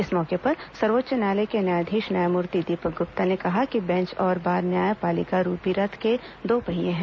इस मौके पर सर्वोच्च न्यायालय के न्यायाधीश न्यायमूर्ति दीपक गुप्ता ने कहा कि बेंच और बार न्याय पालिका रूपी रथ के दो पहिये हैं